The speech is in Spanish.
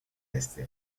este